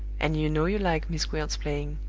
and you know you like miss gwilt's playing.